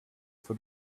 for